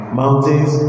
mountains